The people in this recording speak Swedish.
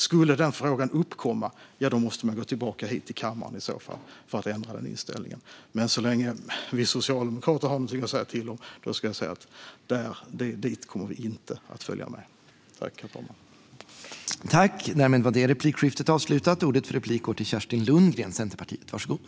Skulle den frågan uppkomma måste man gå tillbaka hit till kammaren för att ändra den inställningen. Men så länge vi socialdemokrater har något att säga till om kommer vi inte att följa med dit.